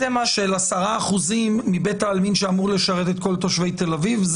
של 10% מבית העלמין שאמור לשרת את כל תושבי תל אביב.